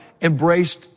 embraced